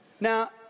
Now